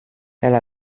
elle